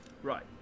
right